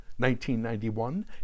1991